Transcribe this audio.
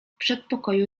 przedpokoju